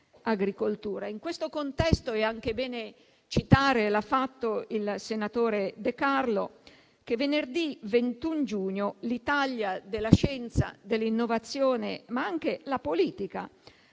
In questo contesto è anche bene citare - l'ha fatto il senatore De Carlo - che venerdì 21 giugno l'Italia della scienza e dell'innovazione, ma anche la politica